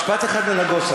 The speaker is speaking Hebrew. משפט אחד לנגוסה.